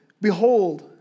Behold